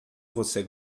você